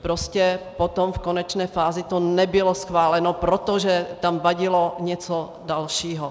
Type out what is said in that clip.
Prostě potom v konečné fázi to nebylo schváleno, protože tam vadilo něco dalšího.